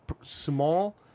small